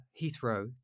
Heathrow